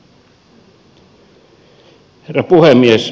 herra puhemies